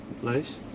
place